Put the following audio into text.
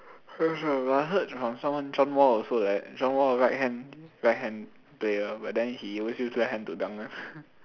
I heard from someone John Wall also like that John Wall right hand right hand player but then he always use left hand to dunk [one]